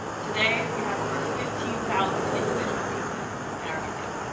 today we have over fifteen thousand individual pieces in our museum.